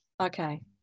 Okay